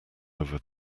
over